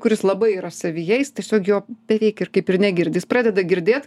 kuris labai yra aš savyje jis tiesiog jo beveik ir kaip ir negirdi jis pradeda girdėt